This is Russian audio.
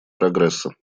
прогресса